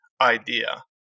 idea